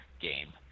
Game